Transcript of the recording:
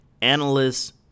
analysts